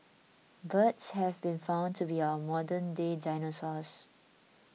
birds have been found to be our modernday dinosaurs